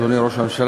אדוני ראש הממשלה,